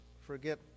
forget